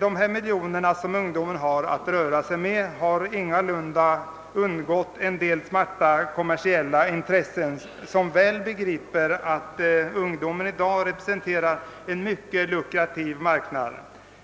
Dessa miljarder som ungdomen har att röra sig med har ingalunda undgått en del smarta företrädare för kommersiella intressen, som väl begriper att ungdomen i dag representerar en mycket lukrativ marknad.